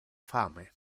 fame